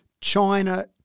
China